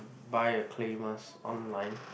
buy a clay mask online